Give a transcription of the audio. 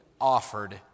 offered